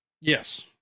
Yes